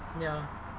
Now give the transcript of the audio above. ya